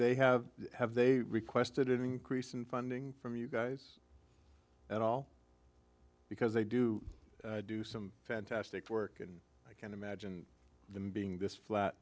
they have have they requested an increase in funding from you guys at all because they do do some fantastic work and i can't imagine them being this flat